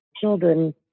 children